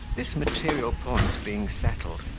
this material point being settled,